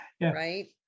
Right